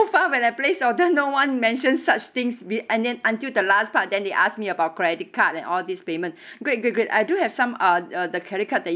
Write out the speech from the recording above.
so far when I place order no one mentions such things be and then until the last part then they ask me about credit card and all these payment great great great I do have some uh err the credit card that